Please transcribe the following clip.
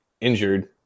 injured